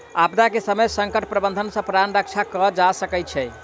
आपदा के समय संकट प्रबंधन सॅ प्राण रक्षा कयल जा सकै छै